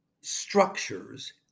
structures